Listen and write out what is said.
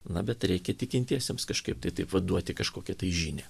na bet reikia tikintiesiems kažkaip tai vat duoti kažkokią žinią